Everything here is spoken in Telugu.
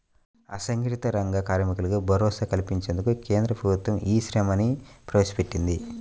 అసంఘటిత రంగ కార్మికులకు భరోసా కల్పించేందుకు కేంద్ర ప్రభుత్వం ఈ శ్రమ్ ని ప్రవేశపెట్టింది